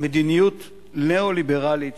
מדיניות ניאו-ליברלית,